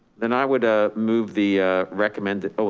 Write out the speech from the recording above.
then i would ah move the recommended, oh,